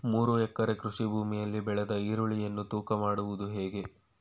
ಮೂರು ಎಕರೆ ಕೃಷಿ ಭೂಮಿಯಲ್ಲಿ ಬೆಳೆದ ಈರುಳ್ಳಿಯನ್ನು ತೂಕ ಮಾಡುವುದು ಹೇಗೆ?